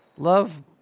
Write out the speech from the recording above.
Love